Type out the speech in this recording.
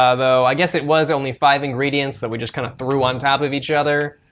ah though i guess it was only five ingredients that we just kind of threw on top of each other,